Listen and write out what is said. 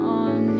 on